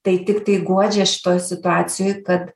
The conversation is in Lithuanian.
tai tiktai guodžia šitoj situacijoj kad